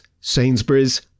Sainsbury's